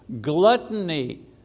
gluttony